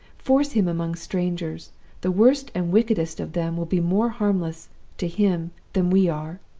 force him among strangers the worst and wickedest of them will be more harmless to him than we are!